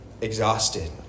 exhausted